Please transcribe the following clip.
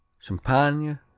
champagne